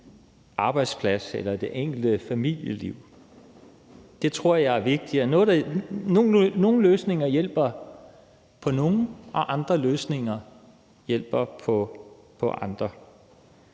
arbejdsplads eller i det enkelte familieliv. Det tror jeg er vigtigt. Nogle løsninger hjælper for nogle, og andre løsninger hjælper for andre.